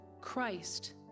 Christ